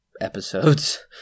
episodes